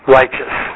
righteous